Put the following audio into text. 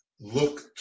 look